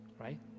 Right